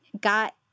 got